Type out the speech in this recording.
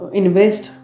invest